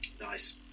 Nice